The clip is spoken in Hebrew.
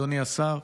אדוני השר,